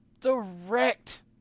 direct